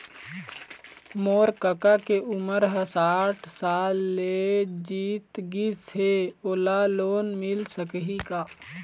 मोर कका के उमर ह साठ ले जीत गिस हे, ओला लोन मिल सकही का?